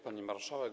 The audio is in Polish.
Pani Marszałek!